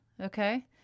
okay